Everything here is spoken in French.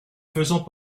faisant